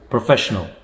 Professional